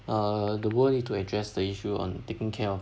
err the world need to address the issue on taking care of